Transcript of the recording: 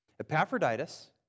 Epaphroditus